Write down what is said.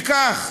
מציעות, זה כך: